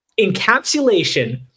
encapsulation